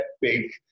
big